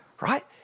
Right